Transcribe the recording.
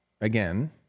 again